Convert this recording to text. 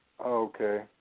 Okay